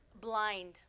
blind